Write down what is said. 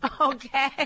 okay